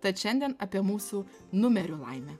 tad šiandien apie mūsų numerių laimę